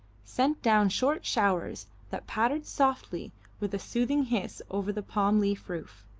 sent down short showers that pattered softly with a soothing hiss over the palm-leaf roof.